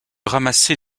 ramasser